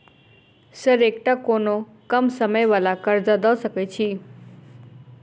Sir एकटा कोनो कम समय वला कर्जा दऽ सकै छी?